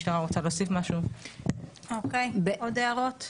עוד הערות?